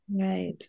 Right